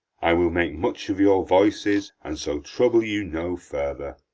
i will make much of your voices, and so trouble you no further.